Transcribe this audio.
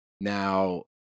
Now